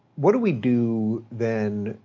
what do we do, then,